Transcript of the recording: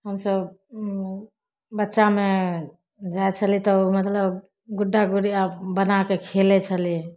हमसभ बच्चामे जाइ छली तऽ मतलब गुड्डा गुड़िआ बनाके खेलै छली